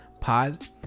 pod